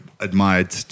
Admired